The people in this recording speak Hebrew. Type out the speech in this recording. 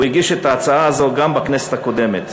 הוא הגיש את ההצעה הזאת גם בכנסת הקודמת.